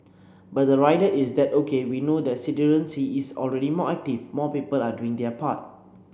but the rider is that O K we know that is already more active more people are doing their part